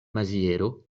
maziero